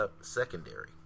secondary